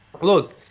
look